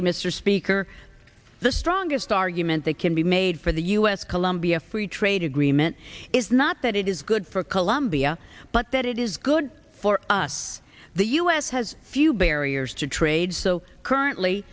you mr speaker the strongest argument they can be made for the u s colombia free trade agreement is not that it is good for colombia but that it is good for us the u s has few barriers to trade so currently